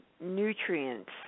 nutrients